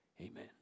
Amen